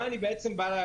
מה אני בא להגיד?